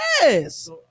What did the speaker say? Yes